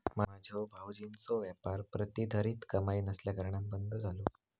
माझ्यो भावजींचो व्यापार प्रतिधरीत कमाई नसल्याकारणान बंद झालो